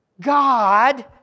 God